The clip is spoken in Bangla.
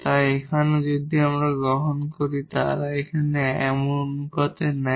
তাই এখানেও যদি আমরা গ্রহণ করি তারা এখানে এমন অনুপাত নেয়